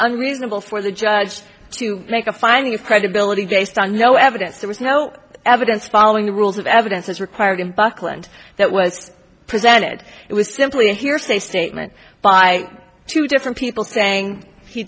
unreasonable for the judge to make a finding of credibility based on no evidence there is no evidence following the rules of evidence is required in buckland that was presented it was simply a hearsay statement by two different people saying he